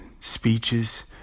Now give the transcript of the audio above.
speeches